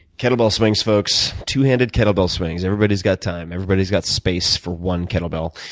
kettlebell swings, folks two-handed kettlebell swings. everybody's got time. everybody's got space for one kettlebell.